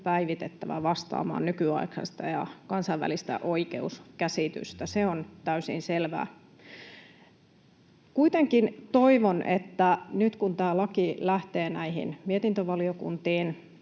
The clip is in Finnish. päivitettävä vastaamaan nykyaikaista ja kansainvälistä oikeuskäsitystä, se on täysin selvää. Kuitenkin toivon, että nyt kun tämä laki lähtee valiokuntiin,